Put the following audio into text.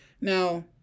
now